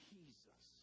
Jesus